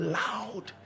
loud